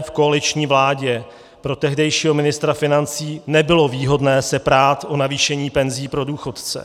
V koaliční vládě pro tehdejšího ministra financí nebylo výhodné se prát o navýšení penzí pro důchodce.